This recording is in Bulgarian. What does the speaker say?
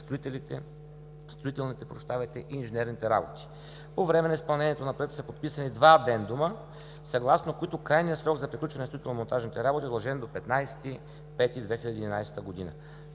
строителните и инженерните работи. По време на изпълнението, на което са подписани два адендума, съгласно които крайният срок за приключване на строително-монтажните работи е удължен до 15 май 2011 г.